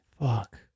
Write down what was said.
Fuck